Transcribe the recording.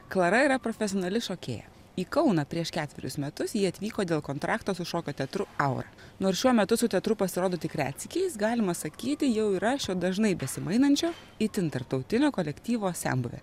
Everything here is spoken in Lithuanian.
klara yra profesionali šokėja į kauną prieš ketverius metus ji atvyko dėl kontrakto su šokio teatru aura nors šiuo metu su teatru pasirodo tik retsykiais galima sakyti jau yra šio dažnai besimainančio itin tarptautinio kolektyvo senbuvė